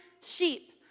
sheep